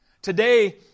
Today